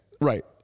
right